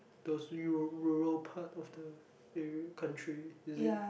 those rural part of the country is it